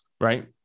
right